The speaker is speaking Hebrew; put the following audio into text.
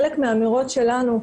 חלק מהמירוץ שלנו השבוע,